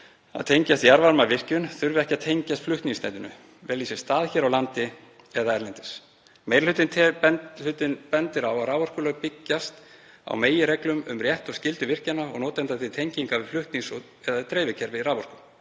að tengjast jarðvarmavirkjun og þurfa ekki að tengjast flutningsnetinu, velji sér stað hér á landi eða erlendis. Meiri hlutinn bendir á að raforkulög byggjast á meginreglum um rétt og skyldu virkjana og notenda til tengingar við flutnings- eða dreifikerfi raforku,